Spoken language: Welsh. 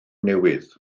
newydd